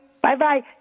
Bye-bye